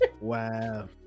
Wow